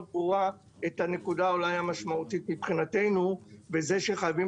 ברורה את הנקודה אולי המשמעותית מבחינתנו בזה שחייבים